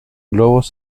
globos